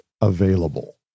available